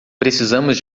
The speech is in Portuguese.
precisamos